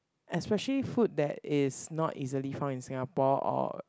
especially food that is not easily found in Singapore or